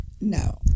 No